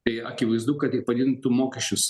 tai akivaizdu kad tai padidintų mokesčius